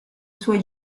suoi